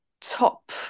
top